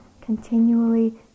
continually